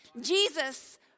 Jesus